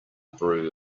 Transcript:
brew